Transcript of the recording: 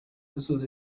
dusoje